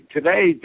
Today